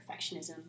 perfectionism